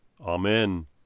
Amen